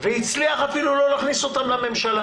והצליח אפילו לא להכניס אותם לממשלה.